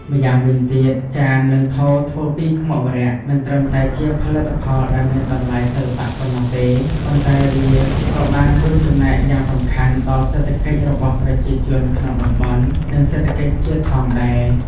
ម្យ៉ាងវិញទៀតចាន និងថូធ្វើពីខ្មុកម្រ័ក្សណ៍ មិនត្រឹមតែជាផលិតផលដែលមានតម្លៃសិល្បៈប៉ុណ្ណោះទេ ប៉ុន្តែវាក៏បានរួមចំណែកយ៉ាងសំខាន់ដល់សេដ្ឋកិច្ចរបស់ប្រជាជនក្នុងតំបន់ និងសេដ្ឋកិច្ចជាតិផងដែរ។